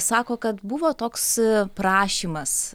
sako kad buvo toks prašymas